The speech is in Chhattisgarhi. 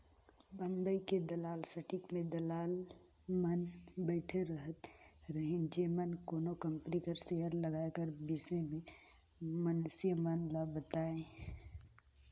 बंबई के दलाल स्टीक में दलाल मन बइठे रहत रहिन जेमन कोनो कंपनी कर सेयर लगाए कर बिसे में मइनसे मन ल बतांए